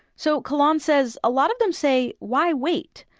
so, kahlon says, a lot of them say, why wait?